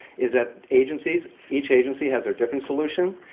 is that agencies each agency has their different solution.